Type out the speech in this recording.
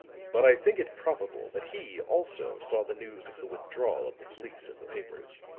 but i think it probable that he, also, saw the news of the withdrawal of the police in the papers.